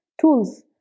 tools